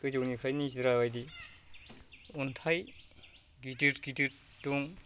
गोजौनिफ्राय निजिरा बायदि अन्थाइ गिदिर गिदिर दं